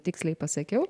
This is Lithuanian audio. tiksliai pasakiau